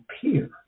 peer